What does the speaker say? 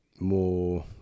more